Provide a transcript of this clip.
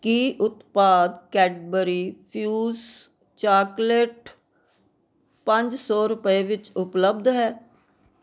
ਕੀ ਉਤਪਾਦ Cadbury Fuse chocolate ਪੰਜ ਸੌ ਰੁਪਏ ਵਿੱਚ ਉਪਲੱਬਧ ਹੈ